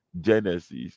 Genesis